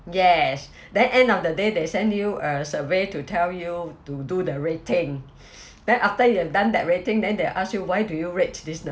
yes then end of the day they send you a survey to tell you to do the rating then after you have done that rating then they ask you why do you rate this